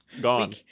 gone